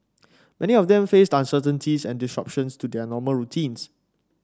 many of them faced uncertainties and disruptions to their normal routines